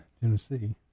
Tennessee